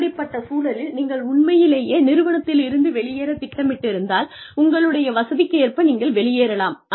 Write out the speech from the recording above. அப்படிப்பட்ட சூழலில் நீங்கள் உண்மையிலேயே நிறுவனத்திலிருந்து வெளியேற திட்டமிட்டிருந்தால் உங்களுடைய வசதிக்கேற்ப நீங்கள் வெளியேறலாம்